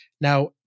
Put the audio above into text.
Now